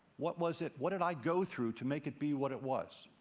what was it? what did i go through to make it be what it was?